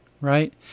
right